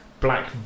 black